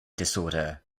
disorder